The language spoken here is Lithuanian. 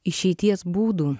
išeities būdų